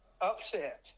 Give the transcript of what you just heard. upset